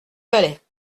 valet